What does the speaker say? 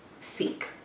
seek